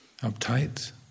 uptight